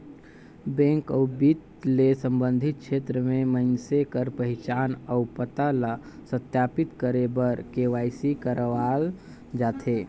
bank अउ बित्त ले संबंधित छेत्र में मइनसे कर पहिचान अउ पता ल सत्यापित करे बर के.वाई.सी करवाल जाथे